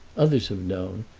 others have known,